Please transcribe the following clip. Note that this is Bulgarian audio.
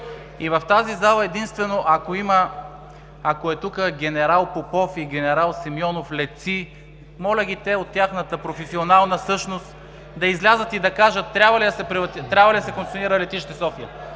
В тази зала единствено, ако е тук генерал Попов и генерал Симеонов – летци, моля ги те от тяхната професионална същност да излязат и да кажат трябва ли да се концесионира Летище София.